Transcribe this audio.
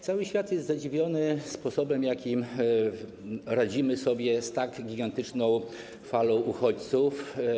Cały świat jest zadziwiony sposobem, w jaki radzimy sobie z tak gigantyczną falą uchodźców.